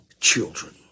Children